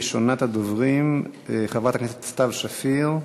ראשונת הדוברים, חברת הכנסת סתיו שפיר,